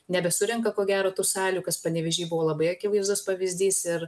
nebesurenka ko gero tų salių kas panevėžy buvo labai akivaizdus pavyzdys ir